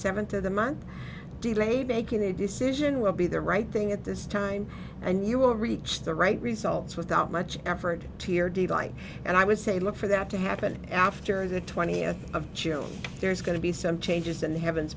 seventh of the month delay making a decision will be the right thing at this time and you will reach the right results without much effort to your divine and i would say look for that to happen after the twentieth of june there's going to be some changes in the heaven